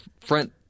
front